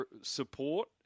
support